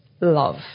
love